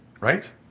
right